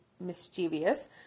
mischievous